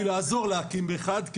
זכיתי לעזור להקים אחד.